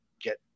get